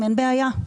אין בעיה'.